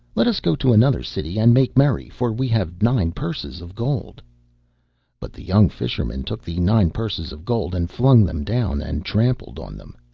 let us go to another city, and make merry, for we have nine purses of gold but the young fisherman took the nine purses of gold, and flung them down, and trampled on them.